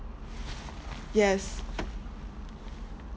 yes